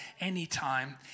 anytime